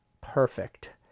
perfect